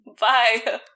Bye